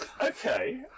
Okay